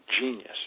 genius